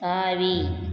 தாவி